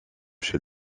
chez